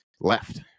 left